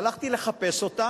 הלכתי לחפש אותה,